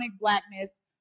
Blackness